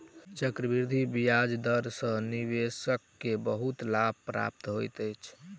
चक्रवृद्धि ब्याज दर सॅ निवेशक के बहुत लाभ प्राप्त होइत अछि